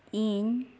ᱤᱧ